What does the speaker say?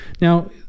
Now